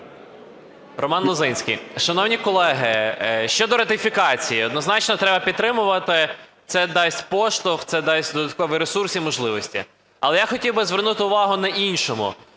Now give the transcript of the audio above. Роман Лозинський. Шановні колеги, щодо ратифікації – однозначно треба підтримувати. Це дасть поштовх, це дасть додатковий ресурс і можливості. Але я хотів би звернути увагу на інше.